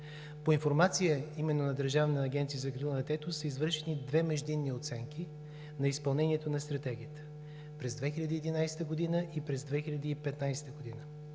По информация именно на Държавна агенция за закрила на детето, са извършени две междинни оценки на изпълнението на Стратегията – през 2011 г. и през 2015 г.